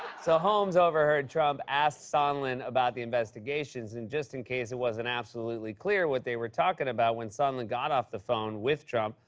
so holmes overheard trump ask sondland about the investigations, and just in case it wasn't absolutely clear what they were talking about when sondland got off the phone with trump,